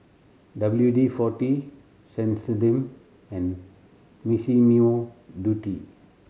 W D Forty Sensodyne and Massimo Dutti